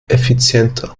effizienter